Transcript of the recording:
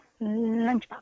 Lunchbox